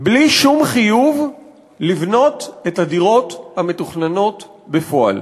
בלי שום חיוב לבנות את הדירות המתוכננות בפועל.